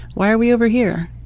why are we over here?